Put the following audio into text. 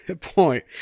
point